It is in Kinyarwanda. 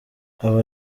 aba